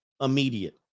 Immediate